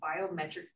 biometric